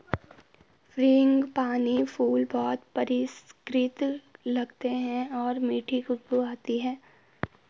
frangipani फूल बहुत परिष्कृत लगते हैं और मीठी खुशबू आती है